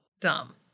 dumb